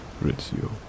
Rizzio